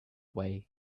way